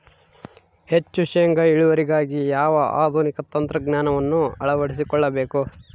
ಹೆಚ್ಚು ಶೇಂಗಾ ಇಳುವರಿಗಾಗಿ ಯಾವ ಆಧುನಿಕ ತಂತ್ರಜ್ಞಾನವನ್ನು ಅಳವಡಿಸಿಕೊಳ್ಳಬೇಕು?